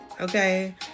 okay